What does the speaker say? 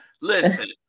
Listen